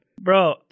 Bro